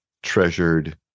treasured